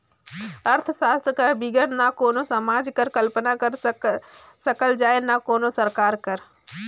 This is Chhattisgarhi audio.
अर्थसास्त्र कर बिगर ना कोनो समाज कर कल्पना करल जाए सके ना कोनो सरकार कर